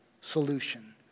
solution